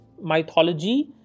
mythology